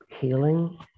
Healing